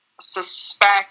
suspect